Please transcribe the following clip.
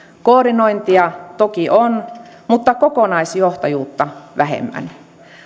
koordinointia toki on mutta kokonaisjohtajuutta vähemmän